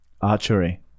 Archery